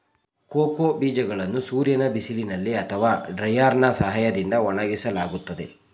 cocoa ಬೀಜಗಳನ್ನು ಸೂರ್ಯನ ಬಿಸಿಲಿನಲ್ಲಿ ಅಥವಾ ಡ್ರೈಯರ್ನಾ ಸಹಾಯದಿಂದ ಒಣಗಿಸಲಾಗುತ್ತದೆ